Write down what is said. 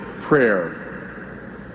prayer